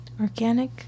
Organic